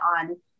on